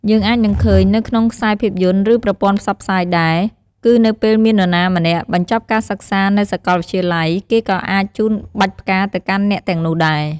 យើងអាចនឹងឃើញ នៅក្នុងខ្សែភាពយន្ត ឬ ប្រព័ន្ធផ្សព្វផ្សាយដែរ គឺនៅពេលមាននរណាម្នាក់បញ្ចប់ការសិក្សានៅសកលវិទ្យាល័យ គេក៏អាចជូនបាច់ផ្កាទៅកាន់អ្នកទាំងនោះដែរ។